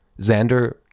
Xander